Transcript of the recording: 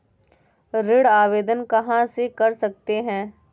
ऋण आवेदन कहां से कर सकते हैं?